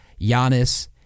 Giannis